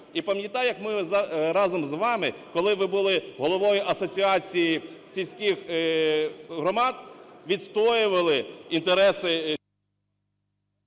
І пам'ятаю, як ми разом з вами, коли ви були головою Асоціації сільських громад, відстоювали інтереси…